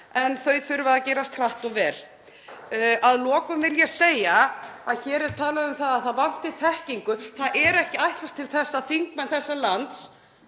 en þau þurfa að gerast hratt og vel. Að lokum vil ég segja að hér er talað um að það vanti þekkingu. Það er ekki ætlast til þess að þingmenn þessa lands